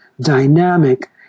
dynamic